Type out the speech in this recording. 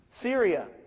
Syria